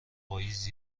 پاییز